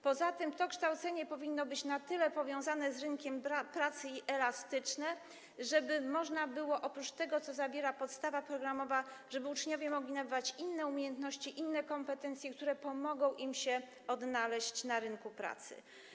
Poza tym to kształcenie powinno być na tyle powiązane z rynkiem pracy i elastyczne, żeby oprócz tego, co zawiera podstawa programowa, uczniowie mogli nabywać inne umiejętności, inne kompetencje, które pomogą im się odnaleźć na rynku pracy.